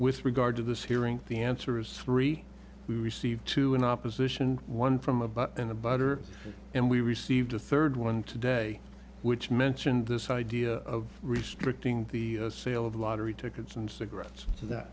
with regard to this hearing the answer is three we received two in opposition one from about in the butter and we received a third one today which mentioned this idea of restricting the sale of lottery tickets and cigarettes so that